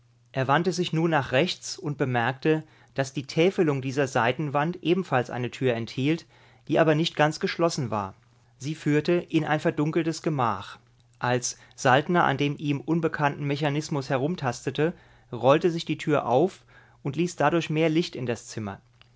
er wandte sich nun nach rechts und bemerkte daß die täfelung dieser seitenwand ebenfalls eine tür enthielt die aber nicht ganz geschlossen war sie führte in ein verdunkeltes gemach als saltner an dem ihm unbekannten mechanismus herumtastete rollte sich die tür auf und ließ dadurch mehr licht in das zimmer